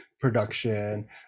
production